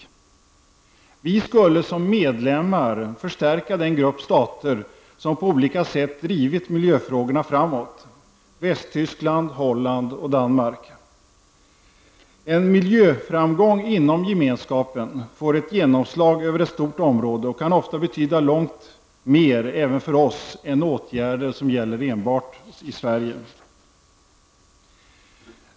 Sverige skulle som medlem förstärka den grupp stater som på olika sätt drivit miljöfrågorna framåt -- Västtyskland, Holland och En miljöframgång inom gemenskapen får ett genomslag över ett stort område och kan ofta betyda långt mer även för oss än en åtgärd som gäller enbart Sverige.